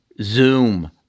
Zoom